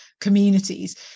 communities